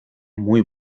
muy